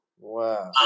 Wow